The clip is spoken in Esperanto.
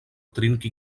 trinki